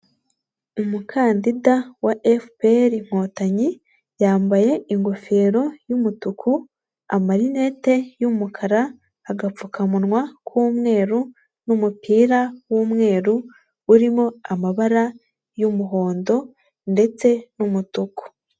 Umukandida wa FPR inkotanyi yambaye ingofero y'umutuku, amarinete y'umukara, agapfukamunwa k'umweru n'umupira w'umweru urimo amabara y'umuhondo ndetse n'umutuku.